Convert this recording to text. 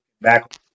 back